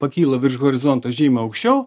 pakyla virš horizonto žymiai aukščiau